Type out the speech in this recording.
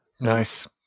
nice